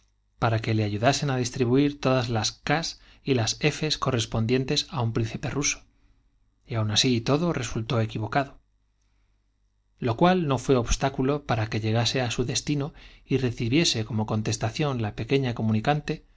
para que le ayudasen á distribuir todas las kás y las efes co rrespondientes á un príncipe ruso y aun así y todo resultó equivocado lo cual no fué obstáculo para que llegase á su es tino y recibiese como contestación la pequeña